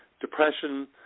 depression